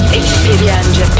experience